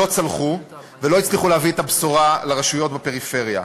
והם לא צלחו ולא הצליחו להביא את הבשורה לרשויות בפריפריה.